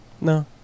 No